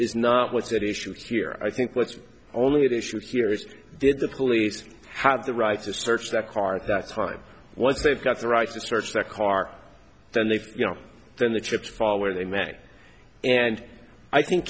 is not what's at issue here i think what's only at issue here is did the police have the right to search that car at that time once they've got the right to search that car then they you know then the chips fall where they may and i